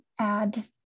Add